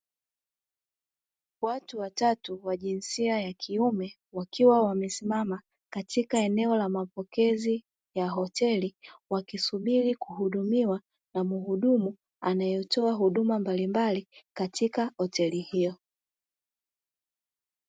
Watu watatu wajinsia yakiume wakiwa wamesimama katika eneo la mapokezi ya hoteli wakisubiri kuhudumiwa na muhudumu, anayetoa huduma mbalimbali katika hoteli hiyo.